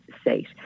state